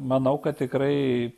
manau kad tikrai